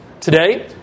Today